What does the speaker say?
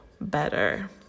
better